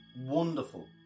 Wonderful